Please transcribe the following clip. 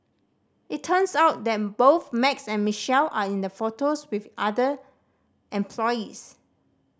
it turns out that both Max and Michelle are in the photos with other employees